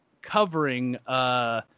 covering